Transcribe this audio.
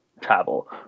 travel